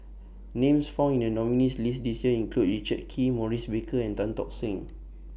Names found in The nominees' list This Year include Richard Kee Maurice Baker and Tan Tock Seng